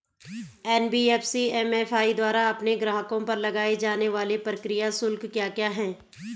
NBFC MFI द्वारा अपने ग्राहकों पर लगाए जाने वाले प्रक्रिया शुल्क क्या क्या हैं?